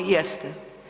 Jeste.